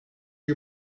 you